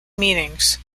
meanings